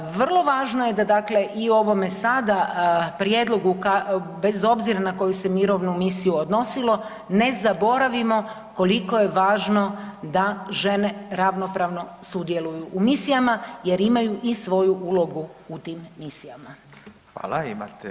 Vrlo važno je da i u ovome sada prijedlogu bez obzira na koju se mirovinu misiju odnosilo, ne zaboravimo koliko je važno da žene ravnopravno sudjeluju u misijama jer imaju i svoju ulogu u tim misijama.